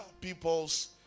people's